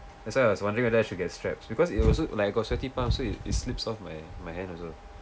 that's why I was wondering whether I should get straps because it was also like I got sweaty palms so it it slips off my my hands also